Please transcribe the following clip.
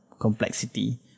complexity